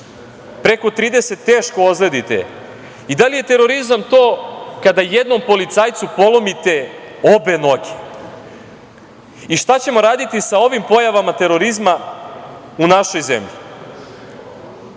preko 30 teško ozledite i da li je terorizam to kada jednom policajcu polomite obe noge? Šta ćemo raditi sa ovim pojavama terorizma u našoj zemlji? Ja